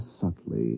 subtly